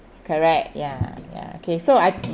correct ya ya okay so I